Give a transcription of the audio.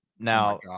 Now